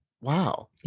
wow